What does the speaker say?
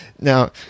Now